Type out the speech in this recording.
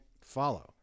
follow